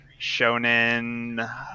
shonen